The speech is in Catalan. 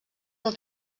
del